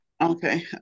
Okay